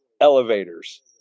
elevators